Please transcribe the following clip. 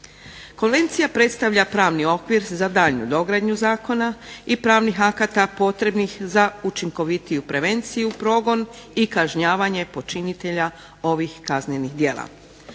Konvencija predstavlja pravni okvir za daljnju dogradnju zakona i pravnih akata potrebnih za učinkovitiju prevenciju, progon i kažnjavanje počinitelja ovih kaznenih djela.